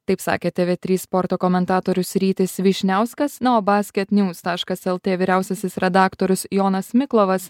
taip sakė tv trys sporto komentatorius rytis vyšniauskas na o basket niūs taškas lt vyriausiasis redaktorius jonas miklovas